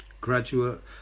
Graduate